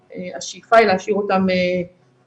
השאיפה היא להשאיר אותם קבועים.